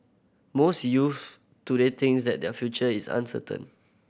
most youths today think that their future is uncertain